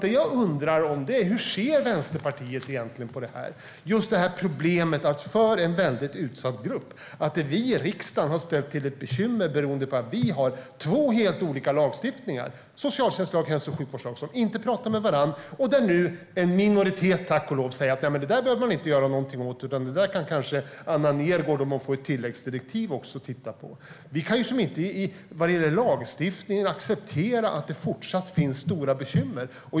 Det jag undrar är hur Vänsterpartiet egentligen ser på problemet att vi i riksdagen har ställt till med bekymmer för en mycket utsatt grupp för att vi har två helt olika lagstiftningar - socialtjänstlagen och hälso och sjukvårdslagen - som inte pratar med varandra. Nu säger en minoritet - tack och lov är det en minoritet - att man inte behöver göra någonting åt det utan att Anna Nergårdh kanske kan titta på det om hon får ett tilläggsdirektiv. Vi kan inte vad gäller lagstiftningen acceptera att det fortsatt finns stora bekymmer.